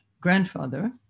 grandfather